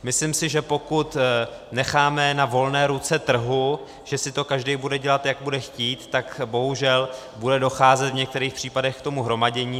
Myslím si, že pokud to necháme na volné ruce trhu, že si to každý bude dělat, jak bude chtít, tak bohužel bude docházet v některých případech k tomu hromadění.